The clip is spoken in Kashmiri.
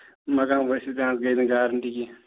مکان ؤسِتھ پٮ۪نَس گٔے نہٕ گارانٹی کیٚنٛہہ